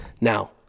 Now